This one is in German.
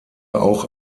auch